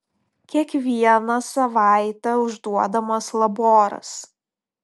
kiekvieną savaitę užduodamas laboras